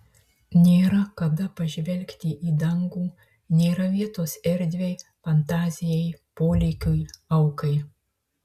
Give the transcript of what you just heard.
nėra kada pažvelgti į dangų nėra vietos erdvei fantazijai polėkiui aukai